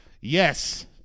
Yes